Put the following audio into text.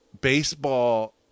baseball